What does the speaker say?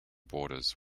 borders